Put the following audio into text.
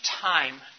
time